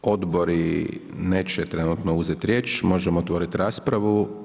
Pošto odbori neće trenutno uzet riječ možemo otvorit raspravu.